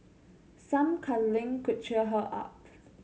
some cuddling could cheer her up